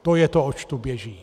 To je to, oč tu běží.